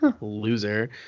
Loser